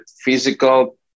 physical